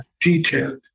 detailed